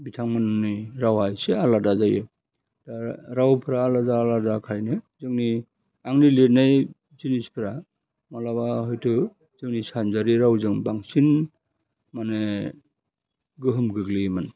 बिथांमोननि रावआ एसे आलादा जायो आरो रावफ्रा आलादा आलादाखायनो जोंनि आंनि लिरनाय जिनिसफ्रा मालाबा हयथ जोंनि सानजारि रावजों बांसिन माने गोहोम गोग्लैयोमोन